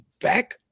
back